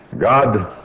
God